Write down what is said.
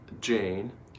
Jane